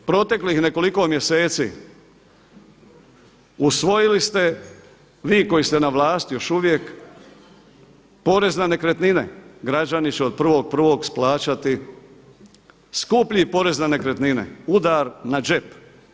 Gospodo, proteklih nekoliko mjeseci usvojili ste, vi koji ste na vlasti još uvijek, porez na nekretnine, građani će od 1.1. plaćati skuplji porez na nekretnine, udar na džep.